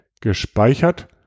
gespeichert